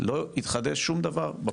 לא התחדש שום דבר בפתרונות.